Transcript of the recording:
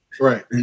Right